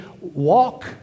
walk